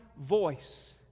voice